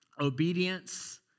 Obedience